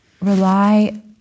rely